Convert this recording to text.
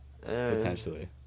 Potentially